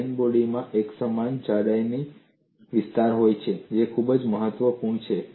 plane બોડીમાં એકસમાન જાડાઈનો વિસ્તાર હોય છે જે ખૂબ જ મહત્વપૂર્ણ છે